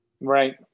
Right